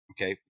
okay